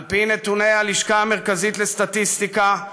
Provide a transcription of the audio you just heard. על פי נתוני הלשכה המרכזית לסטטיסטיקה,